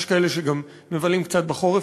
יש כאלה שגם מבלים קצת בחורף,